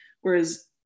Whereas